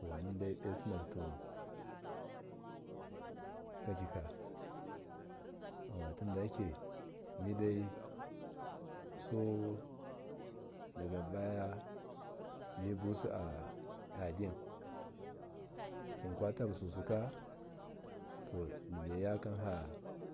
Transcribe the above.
To mundai dosinaki tuwan kajika yawa tindaya ke sudagabaya jibusu aadin sumkwata bususika dibaiya kanha